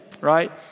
right